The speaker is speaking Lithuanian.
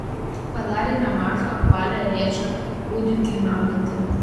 padarė nemažą apvalią rėčką kūdikiui maudyti